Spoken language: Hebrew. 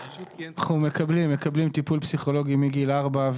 ג"ר: אנחנו מקבלים טיפול פסיכולוגי מגיל ארבע,